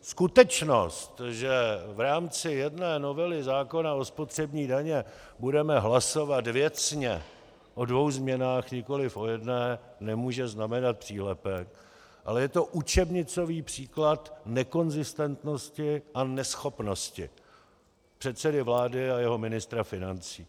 Skutečnost, že v rámci jedné novely zákona o spotřební dani budeme hlasovat věcně o dvou změnách, nikoliv o jedné, nemůže znamenat přílepek, ale je to učebnicový příklad nekonzistentnosti a neschopnosti předsedy vlády a jeho ministra financí.